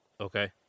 Okay